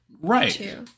Right